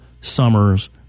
summers